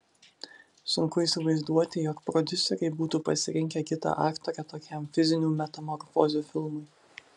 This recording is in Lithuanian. sunku įsivaizduoti jog prodiuseriai būtų pasirinkę kitą aktorę tokiam fizinių metamorfozių filmui